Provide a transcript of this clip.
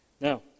Now